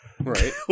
Right